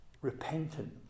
repentant